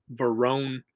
Verone